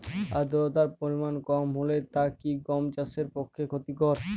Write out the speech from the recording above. আর্দতার পরিমাণ কম হলে তা কি গম চাষের পক্ষে ক্ষতিকর?